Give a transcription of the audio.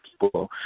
People